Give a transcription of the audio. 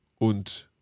Und